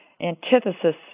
antithesis